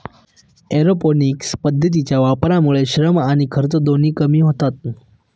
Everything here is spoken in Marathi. एरोपोनिक्स पद्धतीच्या वापरामुळे श्रम आणि खर्च दोन्ही कमी होतात